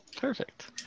Perfect